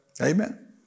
Amen